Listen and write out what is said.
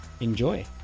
Enjoy